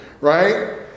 right